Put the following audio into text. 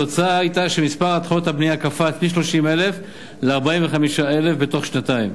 התוצאה היתה שמספר התחלות הבנייה קפץ מ-30,000 ל-45,000 בתוך שנתיים.